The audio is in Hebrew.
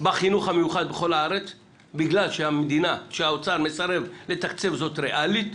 בחינוך המיוחד בכל הארץ כי האוצר מסרב לתקצב זאת ראלית.